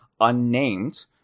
unnamed